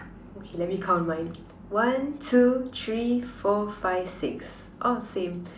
okay let me count mine one two three four five six oh same